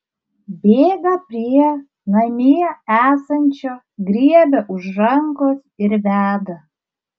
bėga prie namie esančio griebia už rankos ir veda